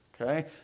Okay